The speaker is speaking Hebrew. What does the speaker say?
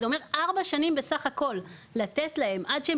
זה אומר ארבע שנים בסך הכל לתת להן עד שהן